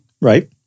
Right